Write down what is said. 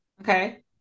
Okay